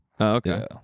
okay